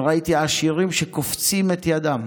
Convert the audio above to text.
וראיתי עשירים שקופצים את ידם.